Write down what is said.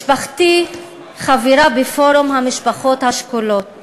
משפחתי חברה בפורום המשפחות השכולות